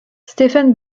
stéphane